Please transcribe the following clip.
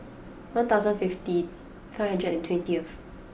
one thousand fifty hundred and twentieth